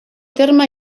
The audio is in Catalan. terme